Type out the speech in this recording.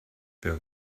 wer